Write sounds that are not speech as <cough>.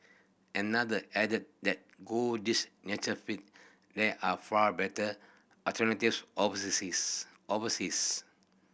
another added that go his nature fix there are far better alternatives <unintelligible> overseas